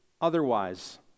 otherwise